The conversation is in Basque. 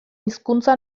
hizkuntza